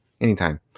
Anytime